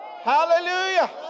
hallelujah